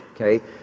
okay